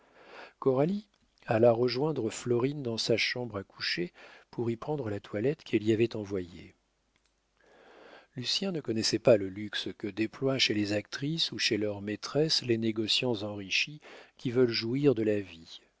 coralie alla rejoindre florine dans sa chambre à coucher pour y prendre la toilette qu'elle y avait envoyée lucien ne connaissait pas le luxe que déploient chez les actrices ou chez leurs maîtresses les négociants enrichis qui veulent jouir de la vie